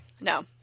No